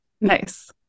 nice